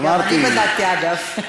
גם אני בדקתי, אגב.